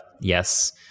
yes